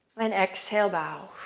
and exhale, bow.